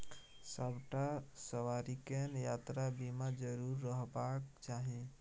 सभटा सवारीकेँ यात्रा बीमा जरुर रहबाक चाही